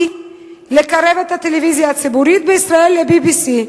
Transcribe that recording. לקרב את הטלוויזיה הציבורית בישראל ל-BBC: